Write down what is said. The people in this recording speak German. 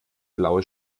blaue